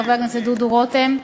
חבר הכנסת דודו רותם,